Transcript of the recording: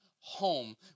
home